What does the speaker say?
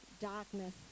darkness